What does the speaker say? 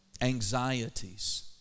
anxieties